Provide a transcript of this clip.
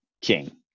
king